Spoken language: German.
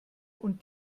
und